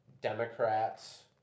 Democrats